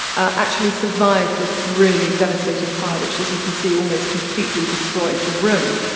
actually survived this really devastating fire, which, as you can see, almost completely destroyed the room.